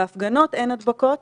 בהפגנות אין הדבקות.